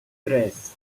tres